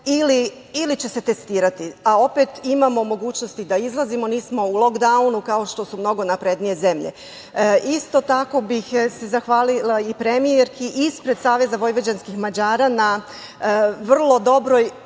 ili će se testirati, a opet imamo mogućnost i da izlazimo, nismo u lokdaunu, kao što su mnogo naprednije zemlje. Isto tako bih se zahvalila i premijerki ispred SVM na vrlo dobroj,